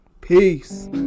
Peace